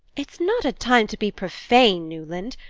it's not a time to be profane, newland.